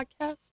Podcast